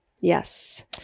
Yes